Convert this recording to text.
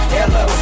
Hello